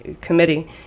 committee